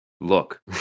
Look